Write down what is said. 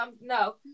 No